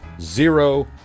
zero